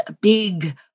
big